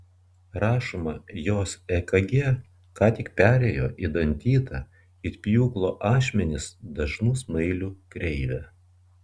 rašoma jos ekg ką tik perėjo į dantytą it pjūklo ašmenys dažnų smailių kreivę